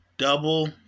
Double